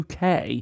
UK